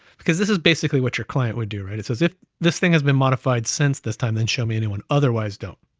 because this is basically what your client would do, right? it says, if this thing has been modified since this time, then show me anyone, otherwise don't.